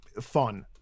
fun